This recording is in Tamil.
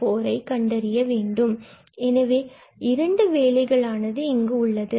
ஐ கண்டறிய வேண்டும் எனவே இரண்டு வேலைகள் ஆனது இங்கு உள்ளது